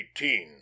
eighteen